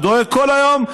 הוא דואג כל היום,